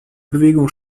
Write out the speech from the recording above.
bewegung